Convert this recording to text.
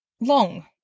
long